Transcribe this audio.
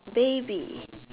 baby